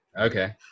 Okay